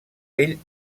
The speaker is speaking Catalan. ell